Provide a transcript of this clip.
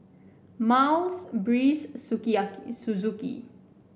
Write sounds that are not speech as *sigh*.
Miles Breeze *unintelligible* Suzuki